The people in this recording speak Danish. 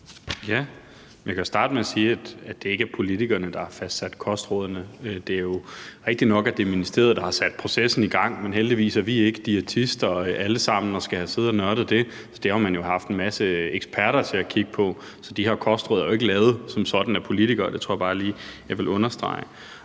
kan starte med sige, at det ikke er politikerne, der har fastsat kostrådene. Det er jo rigtigt nok, at det er ministeriet, der har sat processen i gang, men heldigvis er vi ikke diætister alle sammen og skal sidde og have nørdet det, for det har man jo haft en masse eksperter til at kigge på. Så de her kostråd er jo ikke lavet som sådan af politikere. Det tror jeg bare lige jeg vil understrege.